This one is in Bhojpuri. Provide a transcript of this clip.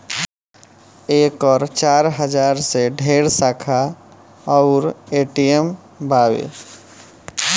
एकर चार हजार से ढेरे शाखा अउर ए.टी.एम बावे